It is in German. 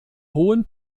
hohen